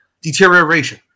deterioration